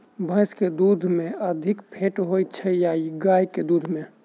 भैंस केँ दुध मे अधिक फैट होइ छैय या गाय केँ दुध में?